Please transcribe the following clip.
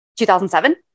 2007